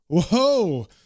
whoa